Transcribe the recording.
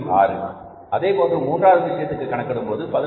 6 அதேபோன்று மூன்றாவது விஷயத்திற்கு கணக்கிடும்போது 11